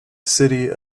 city